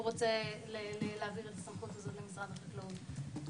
רוצה להעביר את הסמכות הזו למשרד החקלאות.